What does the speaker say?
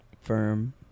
firm